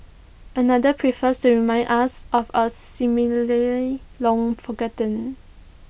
another prefers to remind us of A similar long forgotten